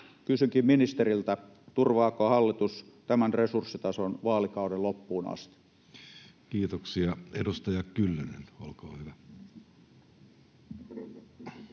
Kysynkin ministeriltä: turvaako hallitus tämän resurssitason vaalikauden loppuun asti? [Speech 380] Speaker: